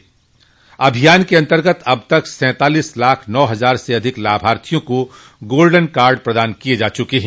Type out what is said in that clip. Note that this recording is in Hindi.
इस अभियान के अन्तर्गत अब तक सैंतालीस लाख नौ हजार से अधिक लाभार्थियों को गोल्डन कार्ड प्रदान किये जा चुके हैं